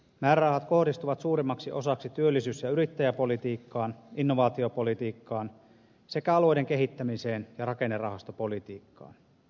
määrärahat kohdistuvat suurimmaksi osaksi työllisyys ja yrittäjäpolitiikkaan innovaatiopolitiikkaan sekä alueiden kehittämiseen ja rakennerahastopolitiikkaan